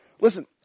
Listen